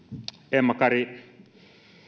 emma kari